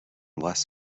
less